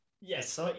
Yes